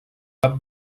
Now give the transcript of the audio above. cap